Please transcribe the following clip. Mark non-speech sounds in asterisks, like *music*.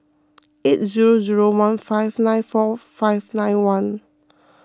*noise* eight zero zero one five nine four five nine one